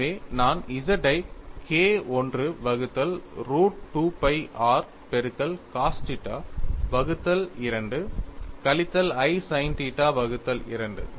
எனவே நான் Z ஐ K I வகுத்தல் ரூட் 2 phi r பெருக்கல் cos θ வகுத்தல் 2 கழித்தல் i sin θ வகுத்தல் 2